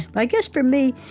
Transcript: but i guess for me,